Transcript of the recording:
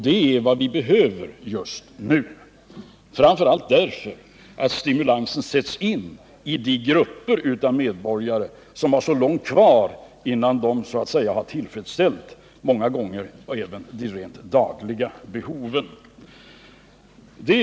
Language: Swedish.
Det är vad vi behöver just nu, framför allt därför att stimulanserna bör inriktas på de grupper av medborgare som många gånger har långt kvar innan de tillfredsställt ens de rent dagliga behoven.